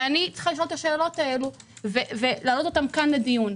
אני צריכה לשאול את השאלות האלה ולהעלות אותן כאן לדיון.